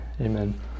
Amen